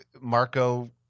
marco